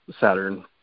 Saturn